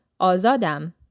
Azadam